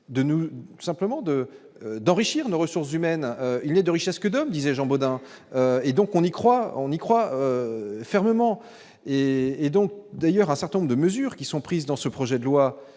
de nous simplement de d'enrichir nos ressources humaines, il n'est de richesse que d'hommes, disait Jean Bodin et donc on y croit, on y croit fermement et et donc d'ailleurs un certain nombre de mesures qui sont prises dans ce projet de loi,